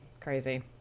crazy